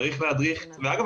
אגב,